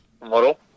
model